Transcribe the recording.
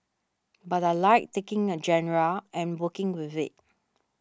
but I like taking a genre and working with it